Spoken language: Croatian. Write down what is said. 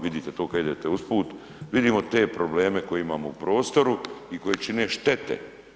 Vidite to kad idete usput, vidimo te probleme koje imamo u prostoru i koji čine štete.